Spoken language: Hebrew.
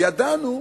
שידענו